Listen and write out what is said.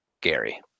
Gary